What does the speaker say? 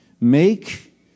Make